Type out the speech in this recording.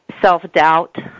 self-doubt